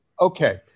Okay